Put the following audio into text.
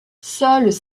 seules